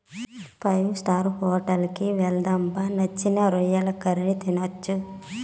five star hotel కి వెళ్దాం బా నచ్చిన రొయ్యల కర్రీ తినొచ్చు